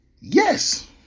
yes